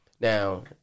now